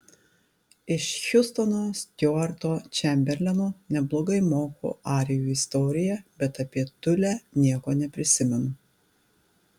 iš hiustono stiuarto čemberleno neblogai moku arijų istoriją bet apie tulę nieko neprisimenu